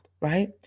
Right